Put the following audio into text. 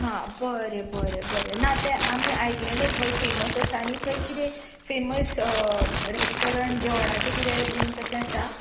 हां बरें बरें बरें ना तें आनी आयकलले थंय फेमस आसा आनी कितें फेमस रेस्टॉरंट जेवणाचें कितें बीन तशें आसा